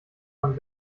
man